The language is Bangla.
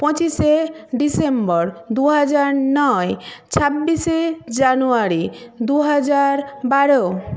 পঁচিশে ডিসেম্বর দু হাজার নয় ছাব্বিশে জানুয়ারি দু হাজার বারো